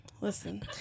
Listen